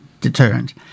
deterrent